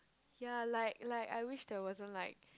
ya like like I wish there wasn't like